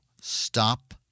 Stop